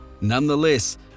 Nonetheless